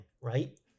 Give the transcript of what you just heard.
right